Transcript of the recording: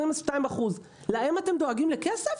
22%. להם אתם דואגים לכסף?